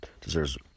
deserves